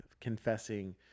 confessing